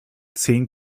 zehn